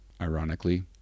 ironically